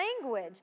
language